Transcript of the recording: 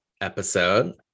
episode